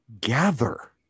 gather